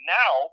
now